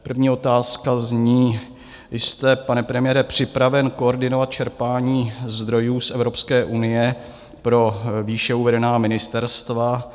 První otázka zní: Vy jste, pane premiére, připraven koordinovat čerpání zdrojů z Evropské unie pro výše uvedená ministerstva?